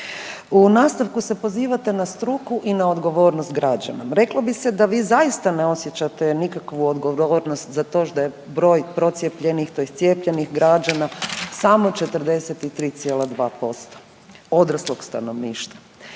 U nastavku se pozivate na struku i na odgovornost građana. Reklo bi se da vi zaista ne osjećate nikakvu odgovornost za to da je broj procijepljenih tj. cijepljenih građana samo 43,2% odraslog stanovništva.